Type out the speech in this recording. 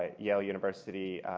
ah yale university,